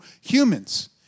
humans